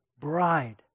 bride